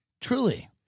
Truly